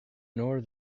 nor